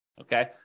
okay